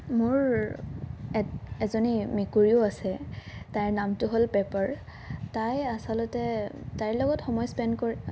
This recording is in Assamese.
মোৰ এ এজনী মেকুৰীও আছে তাইৰ নামটো হ'ল পেপাৰ তাই আচলতে তাইৰ লগত সময় স্পেন কৰি